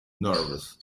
nervous